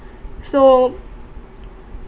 so